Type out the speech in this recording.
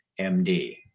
MD